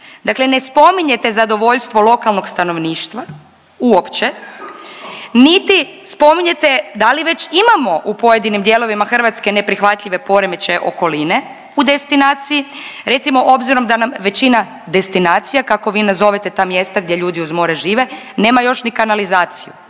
Dakle, ne spominjete zadovoljstvo lokalnog stanovništva uopće niti spominjete da li već imamo u pojedinim dijelovima Hrvatske neprihvatljive poremećaje okoline u destinaciji. Recimo obzirom da nam većina destinacija kako vi nazovete ta mjesta gdje ljudi uz more žive nema još ni kanalizaciju.